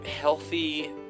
healthy